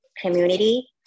community